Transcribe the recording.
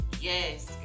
Yes